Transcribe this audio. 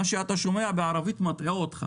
מה שאתה שומע בערבית מטעה אותך